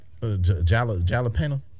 jalapeno